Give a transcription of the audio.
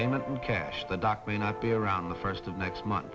payment in cash the doc may not be around the first of next month